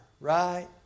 right